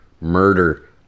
murder